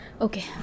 Okay